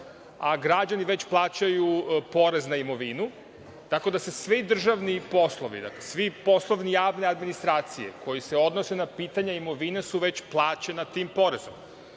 a građani već plaćaju porez na imovinu, tako da se svi državni poslovi, svi poslovi javne administracije koji se odnose na pitanje imovine već plaćeni tim porezom.